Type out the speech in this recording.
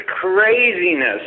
craziness